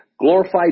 glorified